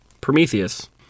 Prometheus